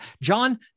John